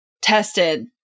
tested